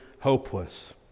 hopeless